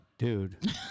Dude